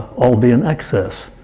albeean excess,